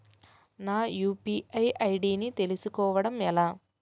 నా UPI ID ని తెలుసుకోవడం ఎలా?